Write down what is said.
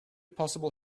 possible